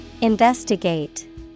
Investigate